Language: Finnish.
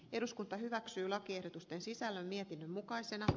eduskunta hyväksyy lakiehdotusten sisällön mietinnön mukaisena